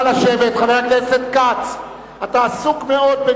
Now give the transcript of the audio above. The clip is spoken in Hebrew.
הראשונה שבהן היא הצעת אי-אמון מטעם סיעת קדימה בנושא: